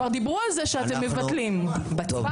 תודה רבה.